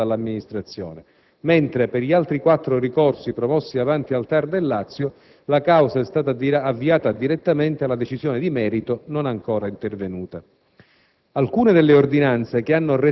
quest'ultima decisione già impugnata dall'amministrazione), mentre per gli altri quattro ricorsi promossi avanti al TAR del Lazio la causa è stata avviata direttamente alla decisione di merito, non ancora intervenuta.